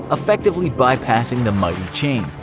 effectively bypassing the mighty chain.